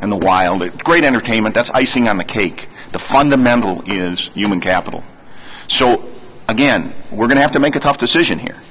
and the wild at great entertainment that's icing on the cake the fundamental is human capital so again we're going to have to make a tough decision here